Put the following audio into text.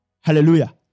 Hallelujah